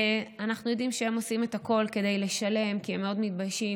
אנחנו יודעים שהם עושים את הכול כדי לשלם כי הם מאוד מתביישים,